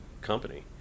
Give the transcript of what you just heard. company